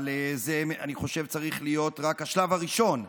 אבל אני חושב שזה צריך להיות רק השלב הראשון,